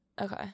Okay